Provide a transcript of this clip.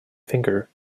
finger